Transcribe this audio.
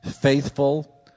faithful